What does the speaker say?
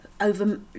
over